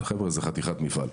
חבר'ה, זה חתיכת מפעל.